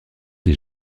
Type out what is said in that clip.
des